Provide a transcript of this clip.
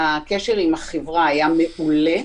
הקשר עם החברה היה מעולה.